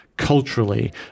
culturally